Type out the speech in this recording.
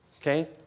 Okay